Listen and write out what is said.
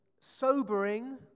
sobering